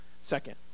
second